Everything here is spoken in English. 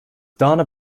dana